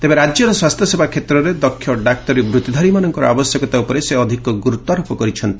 ତେବେ ରାଜ୍ୟର ସ୍ୱାସ୍ଥ୍ୟସେବା କ୍ଷେତ୍ରରେ ଦକ୍ଷ ଡାକ୍ତରୀ ବୃଭିଧାରୀମାନଙ୍କର ଆବଶ୍ୟକତା ଉପରେ ସେ ଅଧିକ ଗୁରୁତ୍ୱାରୋପ କରିଛନ୍ତି